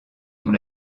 dont